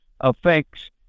affects